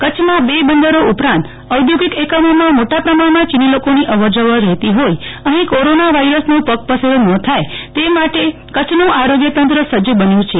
કચ્છમાં બે બંદરો ઉપરાંત ઔદ્યોગિક એકમોમાં મોટા પ્રમાણમાં ચીની લોકોની અવર જવર રહેતી હોઈ અહીં કોરોના વાયરસનો પગપેસારો ન થાય તે માટે કચ્છનું આરોગ્ય તંત્ર સજ્જ બન્યું છે